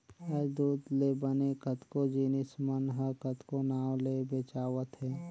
आयज दूद ले बने कतको जिनिस मन ह कतको नांव ले बेंचावत हे